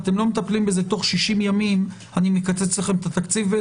אתם לא מטפלים בזה תוך 60 ימים אני מקצץ לכם את התקציב?